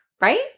right